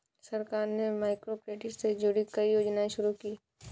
सरकार ने माइक्रोक्रेडिट से जुड़ी कई योजनाएं शुरू की